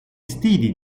stili